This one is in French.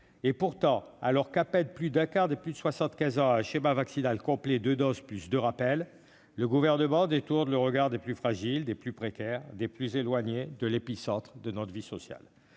Pourtant, alors qu'à peine plus d'un quart des plus de 75 ans ont un schéma vaccinal complet, à savoir deux doses et deux rappels, le Gouvernement détourne le regard des plus fragiles, des plus précaires, des plus éloignés de l'épicentre de notre vie sociale.